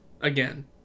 again